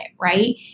Right